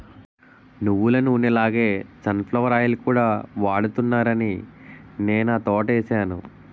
నువ్వులనూనె లాగే sunflower oil కూడా వాడుతున్నారాని నేనా తోటేసాను